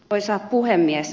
arvoisa puhemies